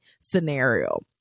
scenario